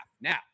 Now